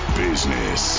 business